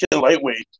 lightweight